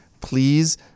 please